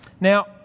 Now